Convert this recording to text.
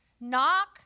Knock